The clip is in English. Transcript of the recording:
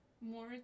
more